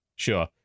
Sure